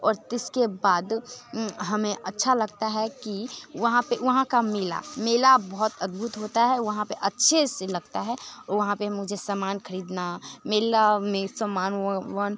और इसके बाद हमें अच्छा लगता है कि वहाँ पर वहाँ का मेला मेला बोहोत अद्भुत होता है वहाँ पर अच्छे से लगता है वहाँ पर मुझे समान ख़रीदना मेले में समान वमान